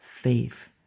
faith